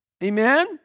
Amen